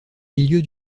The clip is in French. milieu